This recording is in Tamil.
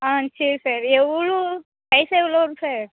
ஆ சரி சார் எவ்வளோ பைசா எவ்வளோ வரும் சார்